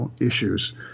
issues